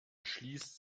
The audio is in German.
schließt